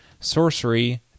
sorcery